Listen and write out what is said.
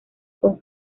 con